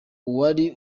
uwari